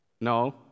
No